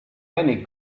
any